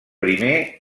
primer